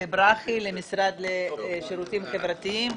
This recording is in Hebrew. לברכי, למשרד לשירותים חברתיים,